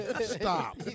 Stop